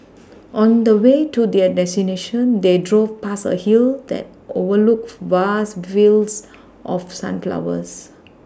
on the way to their destination they drove past a hill that overlooked vast fields of sunflowers